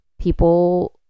people